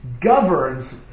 governs